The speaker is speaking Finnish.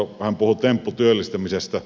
hän puhui tempputyöllistämisestä